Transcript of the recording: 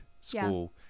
school